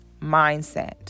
mindset